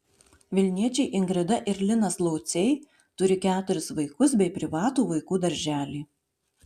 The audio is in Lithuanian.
vilniečiai ingrida ir linas lauciai turi keturis vaikus bei privatų vaikų darželį